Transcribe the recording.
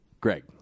Greg